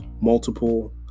multiple